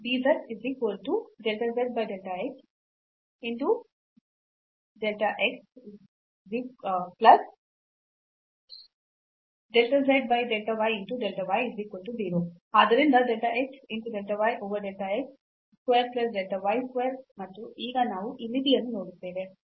ಆದ್ದರಿಂದ delta x delta y over delta x square plus delta y square ಮತ್ತು ಈಗ ನಾವು ಈ ಮಿತಿಯನ್ನು ನೋಡುತ್ತೇವೆ